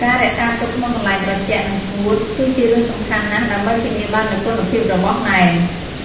ការរក្សាទុកក្នុងកន្លែងត្រជាក់ និងស្ងួត គឺជារឿងសំខាន់ណាស់ ដើម្បីធានាបាននូវគុណភាពរបស់ណែម។